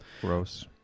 Gross